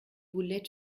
voulait